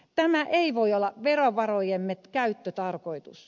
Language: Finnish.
tämä ei voi olla verovarojemme käyttötarkoitus